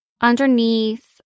underneath